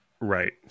Right